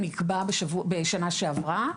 נקבע בשנה שעברה,